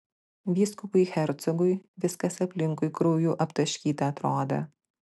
vyskupui hercogui viskas aplinkui krauju aptaškyta atrodė